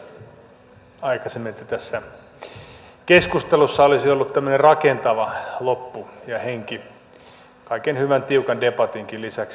ajattelinkin aikaisemmin että tässä keskustelussa olisi ollut tämmöinen rakentava loppu ja henki kaiken hyvän tiukan debatinkin lisäksi